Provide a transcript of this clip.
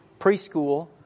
preschool